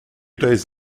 days